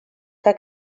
que